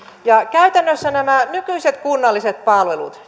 käytännössä nämä nykyiset kunnalliset palvelut